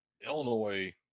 Illinois